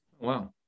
Wow